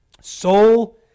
soul